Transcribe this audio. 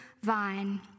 vine